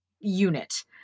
unit